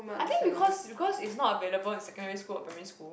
I think because because it's not available in secondary school or primary school